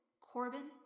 Corbin